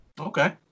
Okay